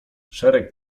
szereg